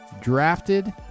Drafted